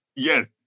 Yes